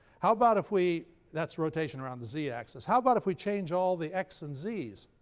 how about if we that's rotation around the z axis. how about if we change all the x and z's,